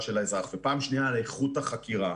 של האזרח ופעם שנייה על איכות החקירה,